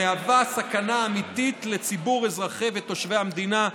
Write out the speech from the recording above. המהווה סכנה אמיתית לציבור אזרחי ותושבי המדינה.